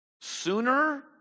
Sooner